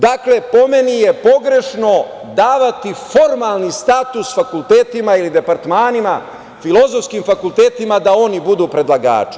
Dakle, po meni je pogrešno davati formalni status fakultetima ili departmanima, filozofskim fakultetima da oni budu predlagači.